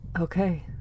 Okay